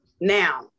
Now